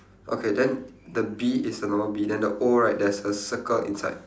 okay then the B is a normal B then the O right there's a circle inside